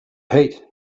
paid